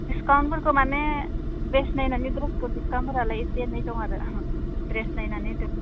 discount फोरखौ माने dress नायनायै ड्रेस डिसकाउन्ट होनानै एसे एनै दं आरो ड्रेस नायनायै ड्रेस